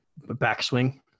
backswing